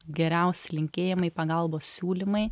geriausi linkėjimai pagalbos siūlymai